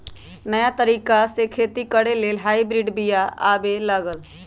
नयाँ तरिका से खेती करे लेल हाइब्रिड बिया आबे लागल